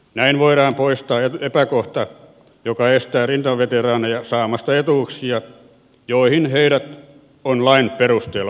näin voidaan poistaa epäkohta joka estää rintamaveteraaneja saamasta etuuksia joihin heidät on lain perusteella oikeutettu